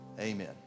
Amen